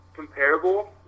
comparable